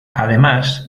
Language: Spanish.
además